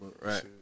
Right